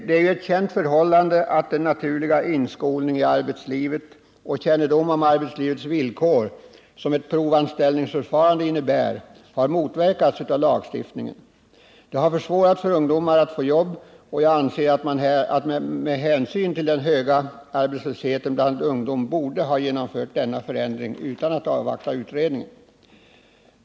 Det är ju ett känt förhållande att den naturliga inskolning i arbetslivet och den kännedom om arbetslivets villkor som ett provanställningsförfarande innebär har motverkats av lagstiftningen. Det har försvårat för ungdomar att få ett jobb, och jag anser att man med hänsyn till den höga arbetslösheten bland ungdom borde ha genomfört denna förändring utan att avvakta utredningen.